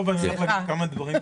כמה דברים קשים,